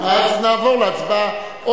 אז נעבור להצבעה,